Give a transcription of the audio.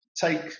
take